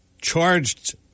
charged